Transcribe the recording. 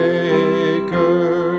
Maker